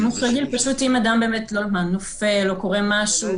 שימוש רגיל אם אדם נופל או קורה משהו,